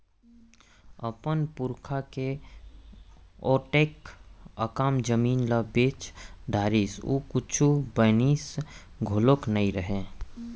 अपन पुरखा के ओतेक अकन जमीन ल बेच डारिस अउ कुछ बनइस घलोक नइ हे